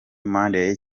monday